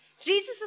Jesus